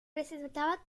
presentaba